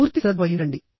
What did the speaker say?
పూర్తి శ్రద్ధ వహించండి